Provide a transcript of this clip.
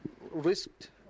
...risked